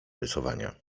rysowania